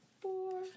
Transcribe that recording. four